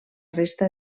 resta